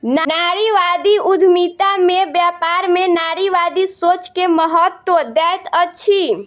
नारीवादी उद्यमिता में व्यापार में नारीवादी सोच के महत्त्व दैत अछि